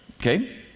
Okay